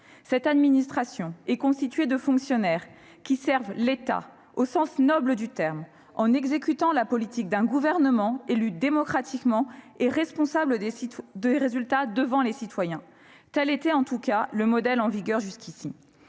Cette administration est constituée de fonctionnaires qui servent l'État, au sens noble du terme, en exécutant la politique d'un Gouvernement élu démocratiquement et responsable des résultats devant les citoyens. Tel était en tout cas le modèle en vigueur jusqu'à